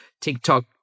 TikTok